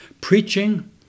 Preaching